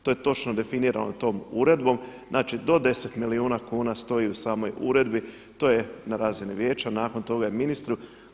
To je točno definirano tom uredbom, znači do 10 milijuna kuna stoji u samoj uredbi, to je na razini vijeća, nakon toga je ministru.